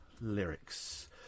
lyrics